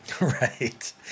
Right